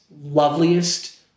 loveliest